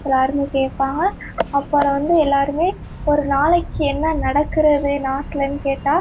எல்லாேருமே கேட்பாங்க அப்புறம் வந்து எல்லாேருமே ஒரு நாளைக்கு என்ன நடக்கிறது நாட்டில்னு கேட்டால்